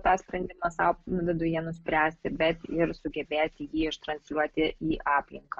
tą sprendimą sau viduje nuspręsti bet ir sugebėti jį iš transliuoti į aplinką